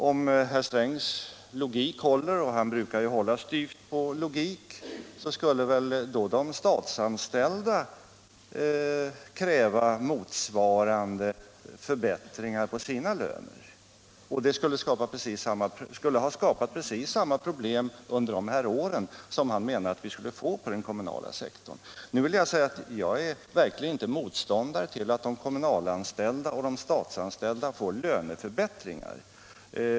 Om herr Strängs logik håller, och han brukar ju hålla styvt på logik, så skulle de statsanställda kräva motsvarande förbättringar av sina löner och det skulle ha skapat precis samma problem under de här åren som han menar att vi skulle få på den kommunala sektorn. Jag är verkligen inte motståndare till att de kommunal och statsanställda får löneförbättringar.